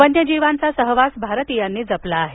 वन्यजीवांचा सहवास भारतीयांनी जपला आहे